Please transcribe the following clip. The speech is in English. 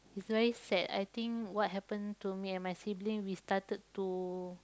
it's very sad I think what happen to me and my sibling we started to